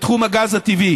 לא קלים, בתחום הגז הטבעי: